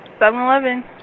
7-Eleven